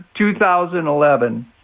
2011